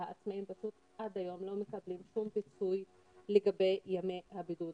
והעצמאים פשוט עד היום לא מקבלים שום פיצוי לגבי ימי הבידוד.